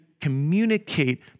communicate